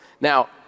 Now